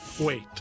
wait